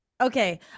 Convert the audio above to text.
Okay